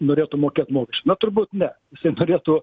norėtų mokėt mokesčius na turbūt ne jisai norėtų